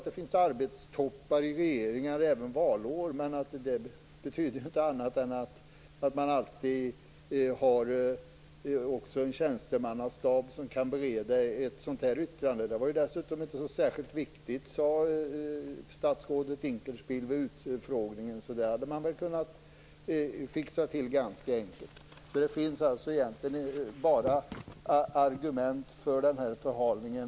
Det finns arbetstoppar för regeringar, även under valår. Men man har ju alltid en tjänstemannastab som kan bereda ett sådant här yttrande. Detta var dessutom inte särskilt viktigt, sade statsrådet Dinkelspiel vid utfrågningen, så det hade man väl kunnat fixa till ganska enkelt. Tyvärr finns det egentligen bara svaga argument för den här förhalningen.